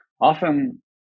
often